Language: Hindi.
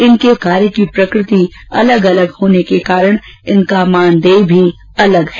इनके कार्य की प्रकृति अलग अलग होने के कारण इनका मानदेय भी भिन्न है